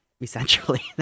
essentially